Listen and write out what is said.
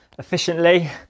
efficiently